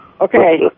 Okay